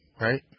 right